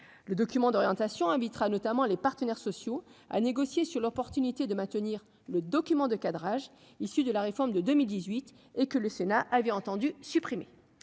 le document d'orientation invitera notamment les partenaires sociaux à négocier sur l'opportunité de maintenir le document de cadrage issues de la réforme de 2018 et que le Sénat avait entendu supprimer